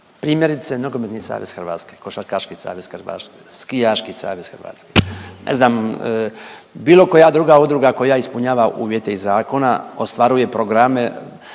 Primjerice nogometni savez Hrvatske, košarkaški savez, skijaški savez Hrvatske. Ne znam bilo koja druga udruga koja ispunjava uvjete iz zakona ostvaruje programe